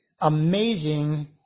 amazing